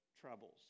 troubles